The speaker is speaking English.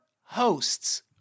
hosts